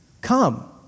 Come